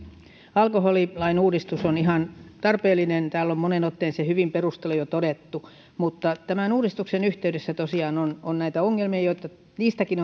alkoholilain uudistus on ihan tarpeellinen täällä on moneen otteeseen se hyvin perusteluin jo todettu mutta tämän uudistuksen yhteydessä tosiaan on on näitä ongelmia joista niistäkin